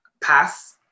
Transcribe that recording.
pass